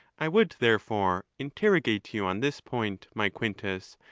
i would, therefore, interrogate you on this point, my quintus,